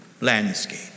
landscape